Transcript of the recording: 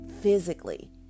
physically